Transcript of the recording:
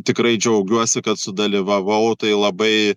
tikrai džiaugiuosi kad sudalyvavau tai labai